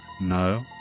no